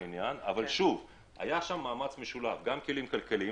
אבל היה מאמץ משותף גם של כלים כלכליים,